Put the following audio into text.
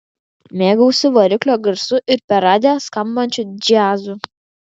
mėgavausi variklio garsu ir per radiją skambančiu džiazu